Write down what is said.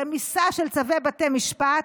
רמיסה של צווי בתי משפט,